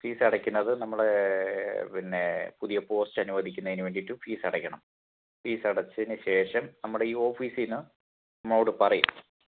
ഫീസടയ്ക്കുന്നത് നമ്മുടെ പിന്നെ പുതിയ പോസ്റ്റ് അനുവദിക്കുന്നതിന് വേണ്ടിയിട്ടും ഫീസടയ്ക്കണം ഫീസടച്ചയിനു ശേഷം നമ്മുടെ ഈ ഓഫീസിൽ നിന്ന് നമ്മളോട് പറയും